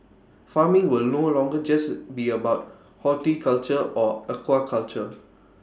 farming will no longer just be about horticulture or aquaculture